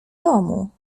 domu